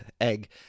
Egg